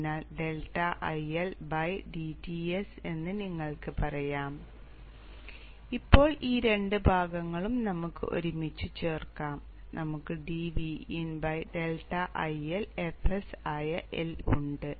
അതിനാൽ ∆IL dTs എന്ന് നിങ്ങൾക്ക് പറയാം ഇപ്പോൾ ഈ രണ്ട് ഭാഗങ്ങളും നമുക്ക് ഒരുമിച്ച് ചേർക്കാം നമുക്ക് dVin ∆ILfs ആയ L ഉണ്ട്